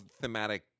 thematic